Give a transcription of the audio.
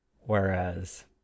whereas